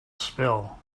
spill